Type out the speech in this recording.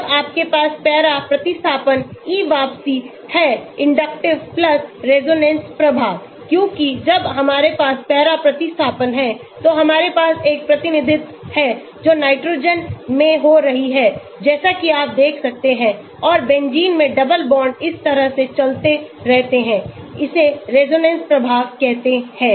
जब आपके पास पैरा प्रतिस्थापन ई वापसी है इंडक्टिव रेजोनेंस प्रभाव क्योंकि जब हमारे पास पैरा प्रतिस्थापन है तो हमारे पास एक प्रतिध्वनि है जो नाइट्रोजन में हो रही है जैसा कि आप देख सकते हैं और बेंजीन में डबल बॉन्ड इस तरह से चलते रहते हैं इसे रेजोनेंस प्रभाव कहते हैं